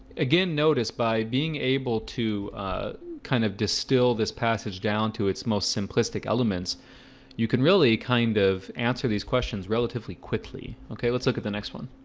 again notice by being able to kind of distill this passage down to its most simplistic elements you can really kind of answer these questions relatively quickly. okay, let's look at the next one